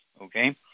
okay